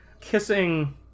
kissing